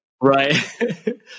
Right